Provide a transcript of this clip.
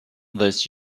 this